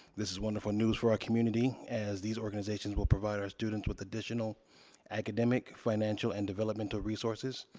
this is wonderful news for our community, as these organizations will provide our students with additional academic, financial, and developmental resources,